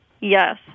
Yes